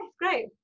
great